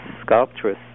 sculptress